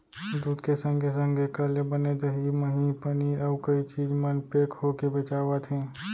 दूद के संगे संग एकर ले बने दही, मही, पनीर, अउ कई चीज मन पेक होके बेचावत हें